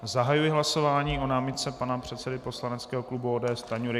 Zahajuji hlasování o námitce pana předsedy poslaneckého klubu ODS Stanjury.